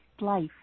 life